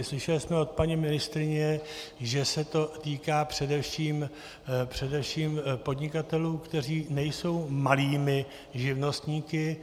Slyšeli jsme od paní ministryně, že se to týká především podnikatelů, kteří nejsou malými živnostníky.